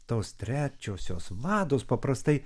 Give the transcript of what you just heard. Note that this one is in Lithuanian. tos trečiosios vados paprastai